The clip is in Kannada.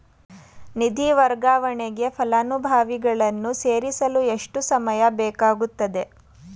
ನಿಧಿ ವರ್ಗಾವಣೆಗೆ ಫಲಾನುಭವಿಗಳನ್ನು ಸೇರಿಸಲು ಎಷ್ಟು ಸಮಯ ಬೇಕಾಗುತ್ತದೆ?